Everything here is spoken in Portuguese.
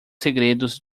segredos